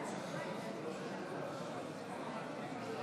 להלן תוצאות ההצבעה, חברי הכנסת,